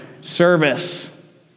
service